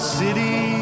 city